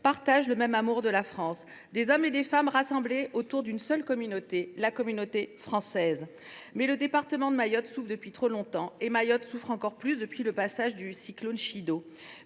partagent le même amour de la France ; des hommes et des femmes rassemblés autour d’une seule communauté, la communauté française. Le département de Mayotte souffre depuis trop longtemps, plus encore depuis le passage du cyclone Chido.